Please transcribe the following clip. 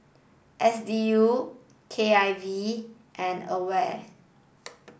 S D U K I V and AWARE